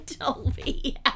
Dolby